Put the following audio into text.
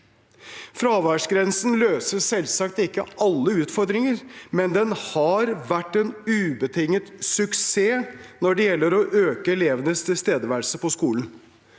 Fraværsgrensen løser selvsagt ikke alle utfordringer, men den har vært en ubetinget suksess når det gjelder å øke elevenes tilstedeværelse på skolen.